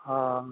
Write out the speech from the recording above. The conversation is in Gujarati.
હા